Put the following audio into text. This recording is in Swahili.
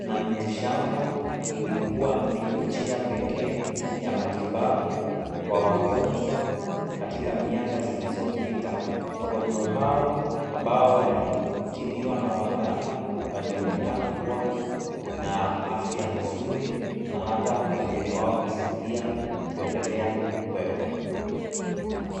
na miti shamba ulikuwa ndio njia pekee ya matibabu kwa wagonjwa katika miaka zilizopita. Wagonjwa hao, ambao walitibiwa na waganga walionekana kuwa na afya nzuri na hata wengine wao kushuhudia kuendelea kwema.